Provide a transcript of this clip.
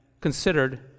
considered